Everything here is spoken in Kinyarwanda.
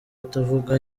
atavuga